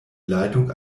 leitung